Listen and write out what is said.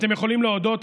אתם יכולים להודות.